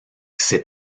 ces